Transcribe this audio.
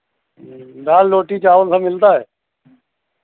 ह्म्म दाल रोटी चावल सब मिलता है